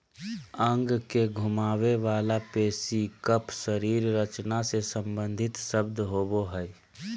अंग के घुमावे वला पेशी कफ शरीर रचना से सम्बंधित शब्द होबो हइ